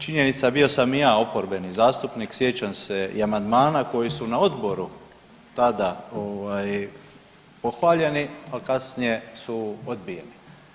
Činjenica bio sam i ja oporbeni zastupnik, sjećam se i amandmana koji su na odboru tada pohvaljeni, a kasnije su odbijeni.